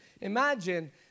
Imagine